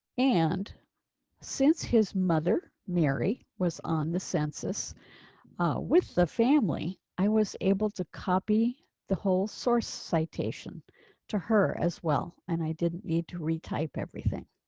and since his mother mary was on the census ah with the family. i was able to copy the whole source citation to her as well. and i didn't need to re type everything